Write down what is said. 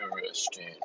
interesting